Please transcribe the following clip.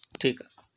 ठीकु आहे